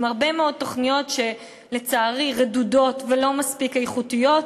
עם הרבה מאוד תוכניות שלצערי רדודות ולא מספיק איכותיות,